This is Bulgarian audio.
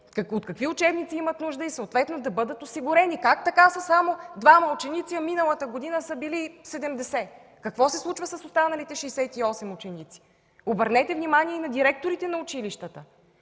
от какви учебници имат нужда и съответно да бъдат осигурени. Как така са само двама ученика, а миналата година са били 70? Какво се случва с останалите 68 ученика? Обърнете внимание и на директорите на училищата.